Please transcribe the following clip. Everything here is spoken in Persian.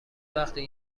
وقتی